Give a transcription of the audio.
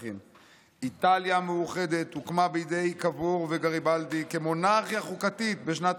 איטליה המאוחדת הוקמה בידי קאבור וגריבלדי כמונרכיה חוקתית בשנת